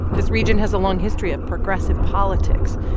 this region has a long history of progressive politics,